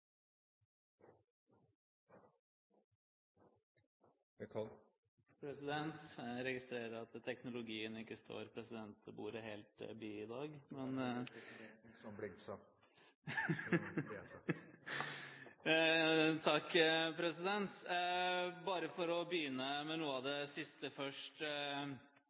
Jeg registrerer at teknologien ikke står presidentbordet helt bi i dag. Det var heller presidenten som blingset på tiden. Bare for å begynne med noe av det siste først: